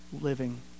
living